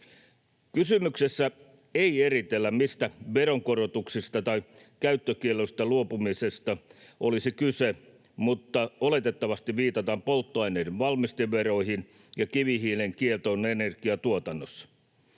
Kysymyksessä ei eritellä, mistä veronkorotuksista tai käyttökielloista luopumisesta olisi kyse, mutta oletettavasti viitataan polttoaineiden valmisteveroihin ja kivihiilen kieltoon energiantuotannossa.